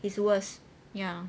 he's worse ya